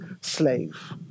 slave